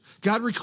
God